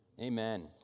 Amen